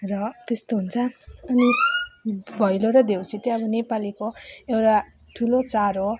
र त्यस्तो हुन्छ अनि भैलो र देउसी चाहिँ अब नेपालीको एउटा ठुलो चाड हो